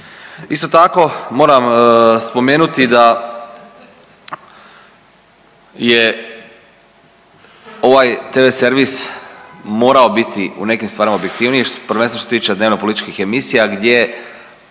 Isto tako moram spomenuti da je ovaj tv servis morao biti u nekim stvarima objektivniji prvenstveno što se tiče dnevnopolitičkih emisija gdje ne